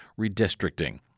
redistricting